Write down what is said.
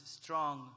strong